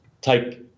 take